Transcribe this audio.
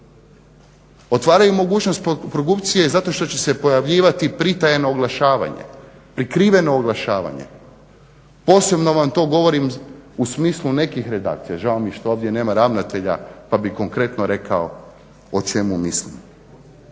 Otvaraju mogućnost korupcije zato što će se pojavljivati pritajeno oglašavanje, prikriveno oglašavanje. Posebno vam to govorim u smislu nekih redakcija. Žao mi je što ovdje nema ravnatelja pa bih konkretno rekao o čemu mislim.